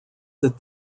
that